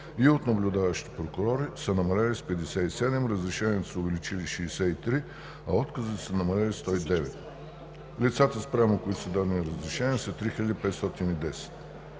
и от наблюдаващите прокурори са намалели с 57, разрешенията са се увеличили с 63, а отказите са намалели със 109. Лицата, спрямо които са дадени разрешения, са 3510.